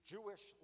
Jewish